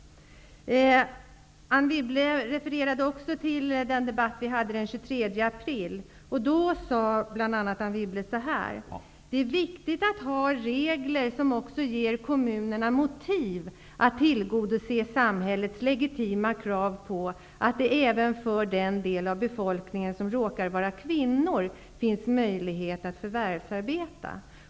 Anne Wibble refererade också till den debatt som vi förde här den 23 april. Då sade Anne Wibble bl.a. ''att det är viktigt att ha regler som också ger kommunerna motiv att tillgodose samhällets legitima krav på att det även för den del av befolkningen som råkar vara kvinnor finns möjlighet att förvärvsarbeta''.